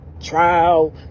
trial